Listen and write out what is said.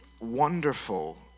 wonderful